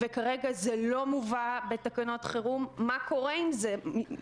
וכרגע, זה לא מובא בתקנות חרום מה קורה עם זה?